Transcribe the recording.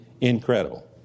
incredible